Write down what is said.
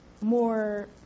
more